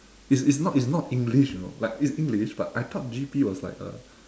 it's it's not it's not english you know like it's english but I thought G_P was like a